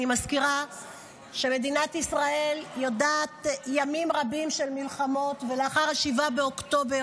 אני מזכירה שמדינת ישראל יודעת ימים רבים של מלחמות לאחר 7 באוקטובר,